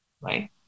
Right